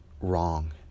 wrong